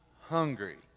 hungry